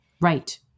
Right